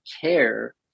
care